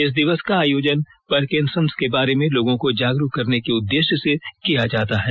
इस दिवस का आयोजन पार्किंसन के बारे में लोगों को जागरूक करने के उद्देश्य से किया जाता है